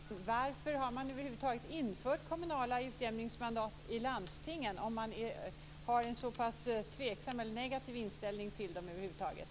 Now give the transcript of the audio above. Fru talman! Då vill jag fråga: Varför har man över huvud taget infört kommunala utjämningsmandat i landstingen, om man har en så pass negativ inställning till utjämningsmandat?